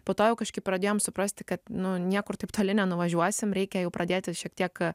po to jau kažkaip pradėjom suprasti kad nu niekur taip toli nenuvažiuosim reikia jau pradėti šiek tiek